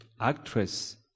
actress